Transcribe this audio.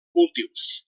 cultius